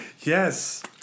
Yes